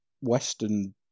Western